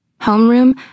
Homeroom